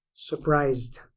Surprised